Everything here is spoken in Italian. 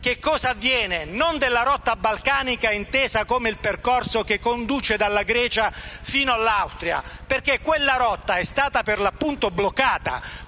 cosa avviene della rotta balcanica (intesa come percorso che conduce dalla Grecia fino all'Austria), perché è stata per l'appunto bloccata,